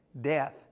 Death